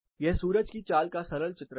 यह सूरज की चाल का सरल चित्रण है